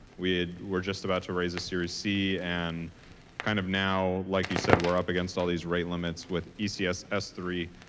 we're we're just about to raise a series c and kind of now, like you said, we're up against all these rate limits with ecs s s three.